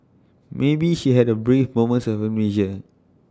maybe she had A brief moment of amnesia